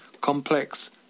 complex